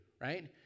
right